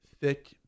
thick